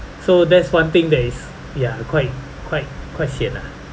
so that's one thing that is ya quite quite quite sian ah